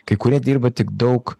kai kurie dirba tik daug